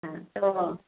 હા તો